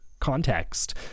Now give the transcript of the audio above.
context